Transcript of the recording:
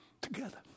Together